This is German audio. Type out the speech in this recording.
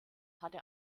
hatte